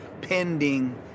pending